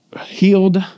healed